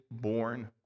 born